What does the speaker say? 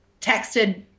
texted